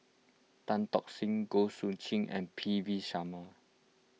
Tan Tock Seng Goh Soo Khim and P V Sharma